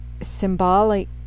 symbolic